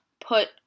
put